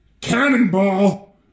Cannonball